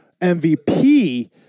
MVP